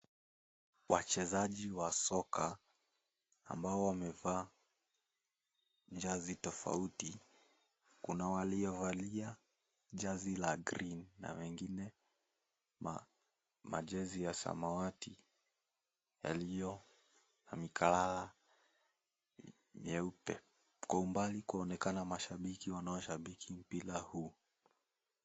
Wachezaji wa soka ambao wamevaa jazi tafauti kuna waliovalia jazi la green na wengine majezi ya samawati yaliyo na mikalala meupe kwa umbali kwaonekana mashabiki wanaoshabiki mpira huu.